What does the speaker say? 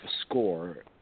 score